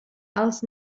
alts